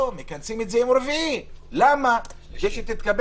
לא, מכנסים אותו ביום שלישי ואז יגידו: